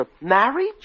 Marriage